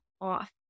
off